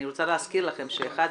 אני רוצה להזכיר לכם שאחת